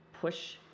push